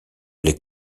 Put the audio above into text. les